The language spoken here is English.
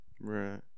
Right